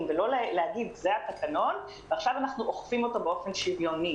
ולא להגיד: זה התקנון ועכשיו אנחנו אוכפים אותו באופן שוויוני.